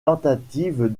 tentatives